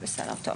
טוב, בסדר.